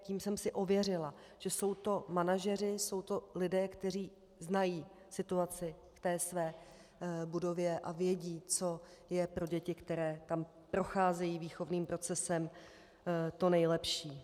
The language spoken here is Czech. Tím jsem si ověřila, že jsou to manažeři, jsou to lidé, kteří znají situaci v té své budově a vědí, co je pro děti, které tam procházejí výchovným procesem, to nejlepší.